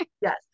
Yes